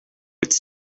its